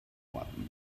what